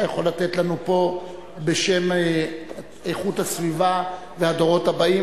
יכול לתת לנו פה בשם איכות הסביבה והדורות הבאים,